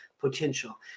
potential